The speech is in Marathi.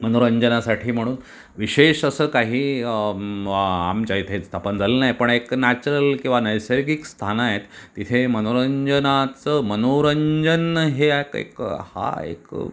मनोरंजनासाठी म्हणून विशेष असं काही आमच्या इथे स्थापन झालं नाही पण एक नॅचरल किंवा नैसर्गिक स्थानं आहेत तिथे मनोरंजनाचं मनोरंजन हे एक एक हा एक